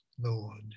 Lord